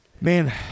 man